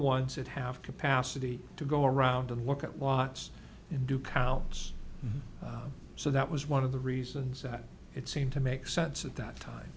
ones that have capacity to go around and look at lots and do columns so that was one of the reasons that it seemed to make sense at that time